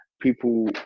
people